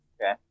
Okay